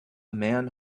man